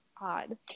odd